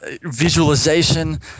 visualization